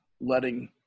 letting